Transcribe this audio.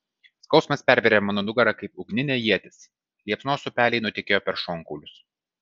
skausmas pervėrė mano nugarą kaip ugninė ietis liepsnos upeliais nutekėjo per šonkaulius